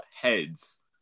heads